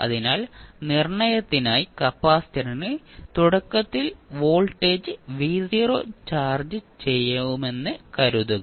അതിനാൽ നിർണ്ണയത്തിനായി കപ്പാസിറ്ററിന് തുടക്കത്തിൽ വോൾട്ടേജ് ചാർജ്ജ് ചെയ്യാമെന്ന് കരുതുക